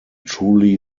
truly